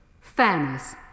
fairness